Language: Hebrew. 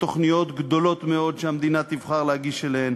ותוכניות גדולות מאוד שהמדינה תבחר להגיש להן,